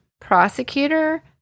prosecutor